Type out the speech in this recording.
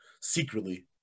secretly